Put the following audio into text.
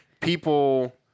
people